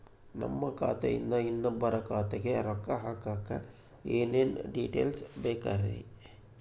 ನಮ್ಮ ಖಾತೆಯಿಂದ ಇನ್ನೊಬ್ಬರ ಖಾತೆಗೆ ರೊಕ್ಕ ಹಾಕಕ್ಕೆ ಏನೇನು ಡೇಟೇಲ್ಸ್ ಬೇಕರಿ?